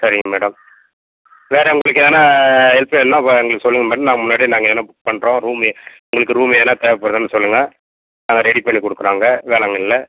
சரிங்க மேடம் வேறு உங்களுக்கு எதுனா ஹெல்ப் வேணும்ன்னா ப எங்களுக்கு சொல்லுங்கள் மேடம் நான் முன்னாடியே நாங்கள் எதுனா புக் பண்ணுறோம் ரூம்மு உங்களுக்கு ரூம் எதுனா தேவைப்படுதானு சொல்லுங்கள் நாங்கள் ரெடி பண்ணி கொடுக்குறோம் அங்கே வேளாங்கண்ணியில்